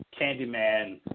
Candyman